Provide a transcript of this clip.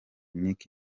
nick